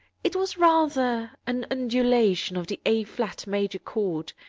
it was rather an undulation of the a flat major chord,